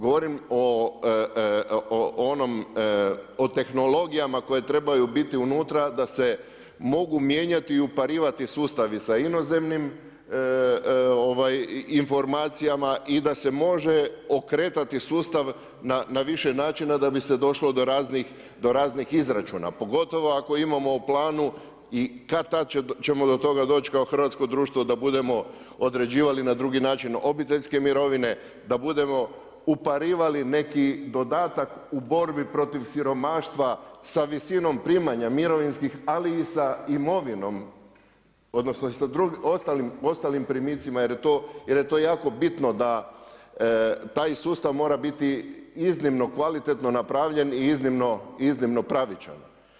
Govorim o onom, o tehnologijama koje trebaju biti unutra da se mogu mijenjati i uparivati sustavi sa inozemnim informacijama i da se može okretati sustav na više načina da bi se došlo do raznih izračuna pogotovo ako imamo u planu i kad-tad ćemo do toga doći kao hrvatsko društvo da bude određivali na drugi način obiteljske mirovine, da budemo uparivali neki dodatak u borbi protiv siromaštva sa visinom primanja mirovinskih, ali i sa imovinom odnosno i sa ostalim primicima jer je to jako bitno da taj sustav mora biti iznimno kvalitetno napravljen i iznimno pravičan.